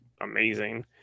amazing